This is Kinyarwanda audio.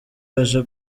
aje